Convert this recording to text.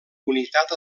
unitat